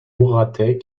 mouratet